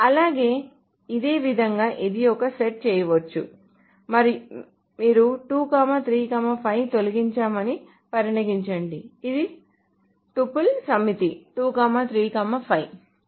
అలాగే ఇదే విధంగా ఇది కూడా సెట్ చేయవచ్చు మీరు 2 3 5 తొలగించామని పరిగణించండి ఇది టూపుల్ సమితి 2 3 5